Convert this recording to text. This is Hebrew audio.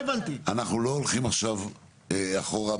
אנחנו לא חיים בשוויץ,